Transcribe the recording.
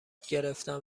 گرفنم